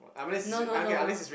no no no no